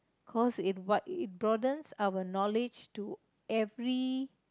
cause it what it borders our knowledge to every